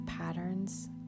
patterns